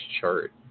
chart